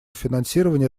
финансирования